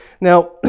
Now